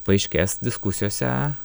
paaiškės diskusijose